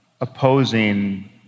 opposing